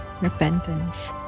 repentance